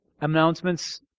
Announcements